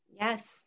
Yes